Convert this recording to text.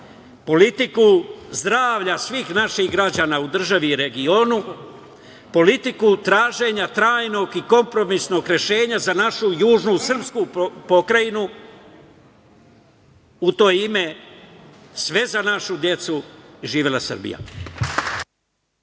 politiku zdravlja svih naših građana u državi i regionu, politiku traženja trajnog i kompromisnog rešenja za našu južnu srpsku pokrajinu. U to ime, sve za našu decu! Živela Srbija!